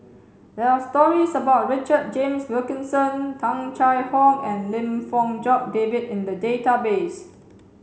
there are stories about Richard James Wilkinson Tung Chye Hong and Lim Fong Jock David in the database